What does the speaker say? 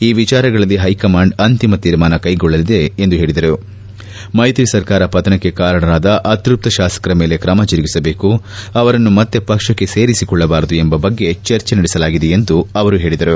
ಈ ವಿಚಾರಗಳಲ್ಲಿ ಹೈಕಮಾಂಡ್ ಅಂತಿಮ ತೀರ್ಮಾನ ಕೈಗೊಳ್ಳಲಿದೆ ಎಂದು ಹೇಳಿದರು ಮೈತ್ರಿ ಸರ್ಕಾರ ಪತನಕ್ಕೆ ಕಾರಣರಾದ ಅತೃಪ್ತ ಶಾಸಕರ ಮೇಲೆ ತ್ರಮ ಜರುಗಿಸಬೇಕು ಅವರನ್ನು ಮತ್ತೆ ಪಕ್ಷಕ್ಕೆ ಸೇರಿಸಿಕೊಳ್ಳಬಾರದು ಎಂಬ ಬಗ್ಗೆ ಚರ್ಚೆ ನಡೆಸಲಾಗಿದೆ ಎಂದು ಹೇಳಿದರು